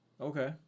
Okay